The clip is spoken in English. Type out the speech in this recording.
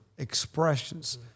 expressions